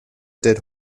dead